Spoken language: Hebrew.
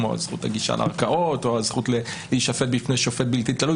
כמו על זכות הגישה לערכאות או הזכות להישפט בפני שופט בלתי תלוי.